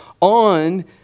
on